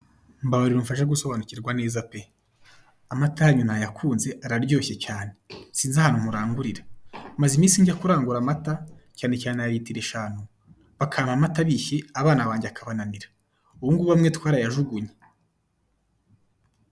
Mbabarira umfashe gusobanukirwa neza pe, amata yanyu nayakunze araryoshye cyane, sinza ahantu murangurira, maze iminsi njya kurangura amata cyane cyane aya litiro eshanu, bakampa amata abishye abana banjye akabananira, ubu ngubu amwe twarayajugunye.